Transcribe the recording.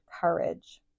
courage